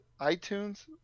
iTunes